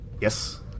Yes